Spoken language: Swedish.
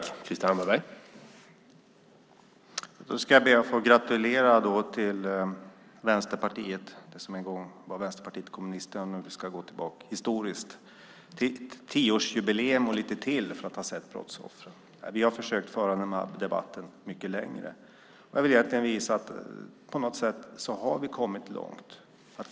Herr talman! Då ska jag be att få gratulera Vänsterpartiet - det som en gång var Vänsterpartiet kommunisterna om vi ska gå tillbaka i historien - till tioårsjubileum och lite till när det gäller att se brottsoffren. Vi har fört den debatten mycket längre. Jag ville egentligen visa att vi har kommit långt.